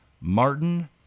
Martin